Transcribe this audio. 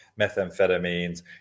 methamphetamines